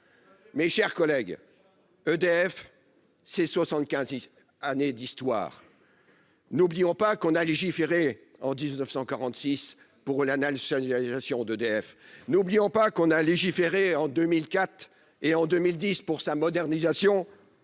Mes chers collègues, EDF, c'est soixante-quinze années d'histoire. N'oublions pas que l'on a légiféré en 1946 pour sa nationalisation ; n'oublions pas que l'on a légiféré en 2004 et en 2010 pour sa modernisation.